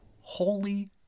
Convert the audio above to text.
Holy